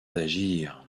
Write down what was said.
d’agir